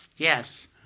Yes